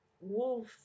wolf